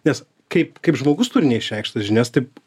nes kaip kaip žmogus turi neišreikštas žinias taip